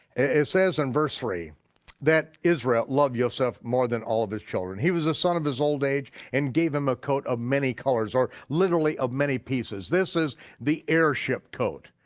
it says in verse three that israel loved joseph more than all of his children. he was the son of his old age and gave him a coat of many colors, or literally of many pieces. this is the heirship coat,